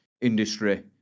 industry